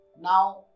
Now